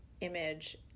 image